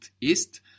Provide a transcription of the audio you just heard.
ist